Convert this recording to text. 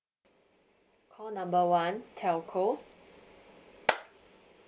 call number one telco